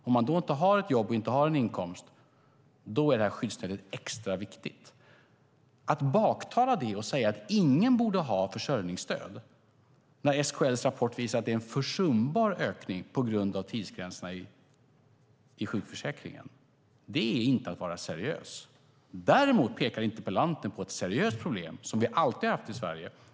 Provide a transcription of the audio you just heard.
Om man då inte har ett jobb och inte har en inkomst är detta skyddsnät extra viktigt. Att baktala det och säga att ingen borde ha försörjningsstöd, när SKL:s rapport visar att det är en försumbar ökning på grund av tidsgränserna i sjukförsäkringen, är inte att vara seriös. Däremot pekar interpellanten på ett seriöst problem som vi alltid har haft i Sverige.